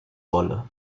wolle